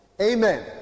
Amen